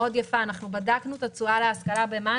אנחנו בדקנו את התשואה להשכלה במה"ט,